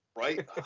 Right